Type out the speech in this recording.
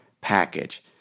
package